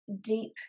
deep